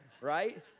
right